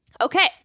Okay